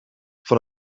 van